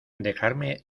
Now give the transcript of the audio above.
dejarme